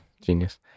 genius